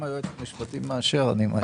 אם היועץ המשפטי מאשר, אני מאשר.